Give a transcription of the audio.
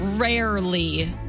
rarely